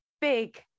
big